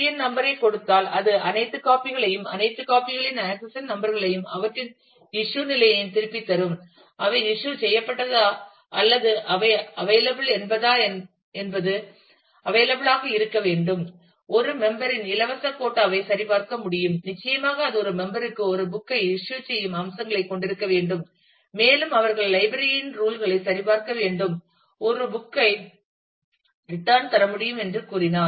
என் number ஐ கொடுத்தால் அது அனைத்து காபிகளையும் அனைத்து காபிகளின் ஆக்சஷன் நம்பர் ஐயும் அவற்றின் இஸ்யூ நிலையையும் திருப்பித் தரும் அவை இஸ்யூ செய்யப்பட்டதா அல்லது அவை அவைலபில் என்பதா என்பது அவைலபில் ஆக இருக்க வேண்டும் ஒரு மெம்பர் ன் இலவச கோட்டா ஐ சரிபார்க்க முடியும் நிச்சயமாக அது ஒரு மெம்பர் க்கு ஒரு புக் ஐ இஸ்யூ செய்யும் அம்சங்களைக் கொண்டிருக்க வேண்டும் மேலும் அவர்கள் லைப்ரரி இன் ரூல் களை சரிபார்க்க வேண்டும் ஒரு புக் ஐ ரெட்டான் தர முடியும் என்று கூறினார்